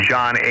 John